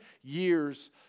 years